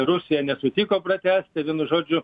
rusija nesutiko pratęsti vienu žodžiu